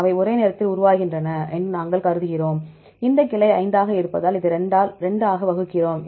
அவை ஒரே நேரத்தில் உருவாகின்றன என்று நாங்கள் கருதுகிறோம் இந்த கிளை 5 ஆக இருப்பதால் இதை 2 ஆக வகுக்கிறோம்